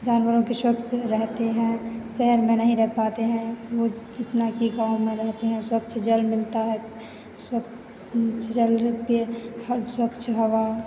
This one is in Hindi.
जानवरों के स्वस्थ रहते हैं शहर में नहीं रह पाते हैं जितना कि गाँव में रहते हैं स्वच्छ जल मिलता है स्वच्छ जल और स्वच्छ हवा